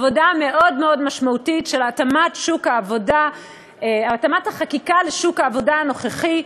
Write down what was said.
לעבודה מאוד מאוד משמעותית של התאמת החקיקה לשוק העבודה הנוכחי,